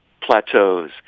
plateaus